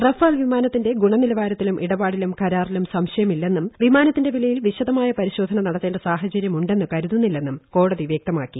Rafale വിമാനത്തിന്റെ ഗുണനിലവാരത്തിലും ഇടപാടിലും കരാറിലും സംശയമില്ലെന്നും വിമാനത്തിന്റെ വിലയിൽ വിശദമായ പരിശോധന നടത്തേണ്ട സാഹചര്യമുണ്ടെന്ന് കരുതുന്നില്ലെന്നും കോടതി വ്യക്ത്മാക്കി